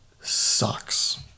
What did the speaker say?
sucks